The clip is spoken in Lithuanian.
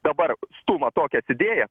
dabar stuma tokias idėjas